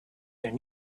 their